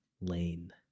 Lane